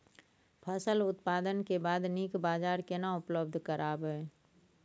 फसल उत्पादन के बाद नीक बाजार केना उपलब्ध कराबै?